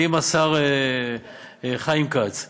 ועם השר חיים כץ,